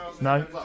no